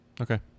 Okay